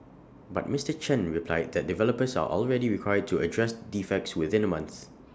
but Mister Chen replied that developers are already required to address defects within A month